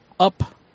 Up